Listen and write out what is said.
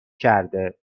کرده